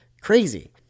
Crazy